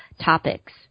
topics